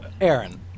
Aaron